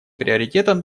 приоритетом